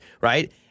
right